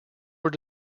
were